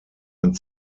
ein